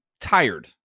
tired